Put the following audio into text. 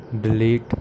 delete